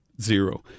zero